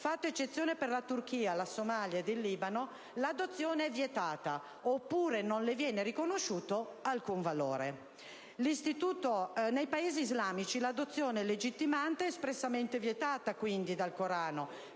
fatta eccezione per la Turchia, la Somalia ed il Libano, l'adozione è vietata, oppure non le viene riconosciuto alcun valore. Nei Paesi islamici l'adozione legittimante è espressamente vietata dal Corano,